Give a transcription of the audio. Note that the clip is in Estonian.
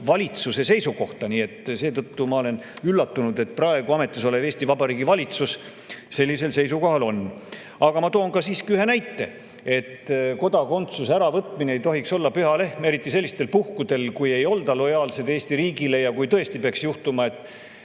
valitsuse seisukohta. Ma olen üllatunud, et praegu ametis olev Eesti Vabariigi valitsus sellisel seisukohal on. Aga ma toon siiski ka ühe näite. Kodakondsuse äravõtmine ei tohiks olla püha lehm, eriti sellistel puhkudel, kui ei olda lojaalsed Eesti riigile. Kui tõesti peaks juhtuma, et